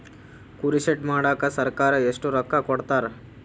ಕುರಿ ಶೆಡ್ ಮಾಡಕ ಸರ್ಕಾರ ಎಷ್ಟು ರೊಕ್ಕ ಕೊಡ್ತಾರ?